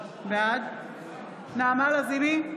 בעד נעמה לזימי,